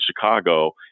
Chicago